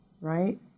right